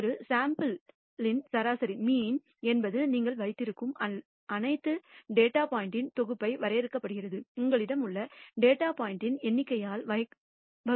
ஒரு சாம்பிள் யின் சராசரி என்பது நீங்கள் வைத்திருக்கும் அனைத்து டேட்டா பாயின்ட் இன் தொகுப்பாக வரையறுக்கப்படுகிறது உங்களிடம் உள்ள டேட்டா பாயின்ட் இன் எண்ணிக்கையால் வகுக்கப்படுகிறது